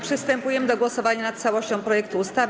Przystępujemy do głosowania nad całością projektu ustawy.